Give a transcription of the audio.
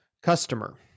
customer